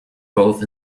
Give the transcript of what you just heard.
both